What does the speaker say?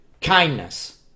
kindness